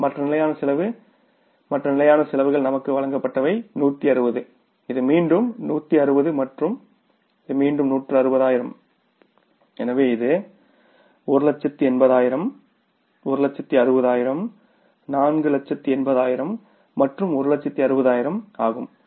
மற்ற நிலையான செலவு OFC மற்ற நிலையான செலவுகள் நமக்கு வழங்கப்பட்டவை 160 இது மீண்டும் 160 மற்றும் இது மீண்டும் நூற்று அறுபதாயிரம் எனவே இது 180000 160000 480000 மற்றும் 160000 ஆகும் சரி